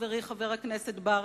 חברי חבר הכנסת ברכה.